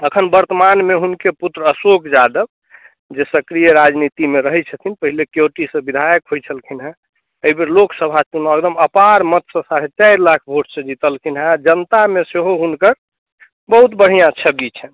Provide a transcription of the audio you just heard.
एखनि वर्तमानमे हुनके पुत्र अशोक यादव जे सक्रिय राजनीतिमे रहैत छथिन पहले केओटीसँ विधायक होइत छलखिन हेँ एहि बेर लोकसभा चुनाव एकदम अपार मतसँ साढ़े चारि लाख वोटसँ जितलखिन हेँ जनतामे सेहो हुनकर बहुत बढ़िआँ छवि छन्हि